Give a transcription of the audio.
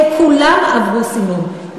הם כולם עברו סינון.